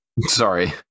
Sorry